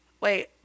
Wait